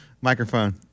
Microphone